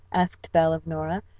asked belle of nora,